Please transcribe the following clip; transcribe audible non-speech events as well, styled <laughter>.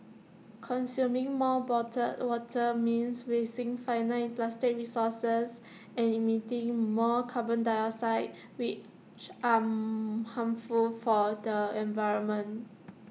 consuming more bottled water means wasting finite plastic resources and emitting more carbon dioxide which are <hesitation> harmful for the environment